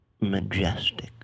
majestic